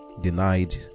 denied